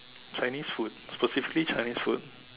Chinese food specifically Chinese food